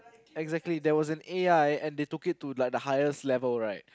exactly there was an A_I and they took it to like the highest level right